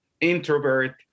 introvert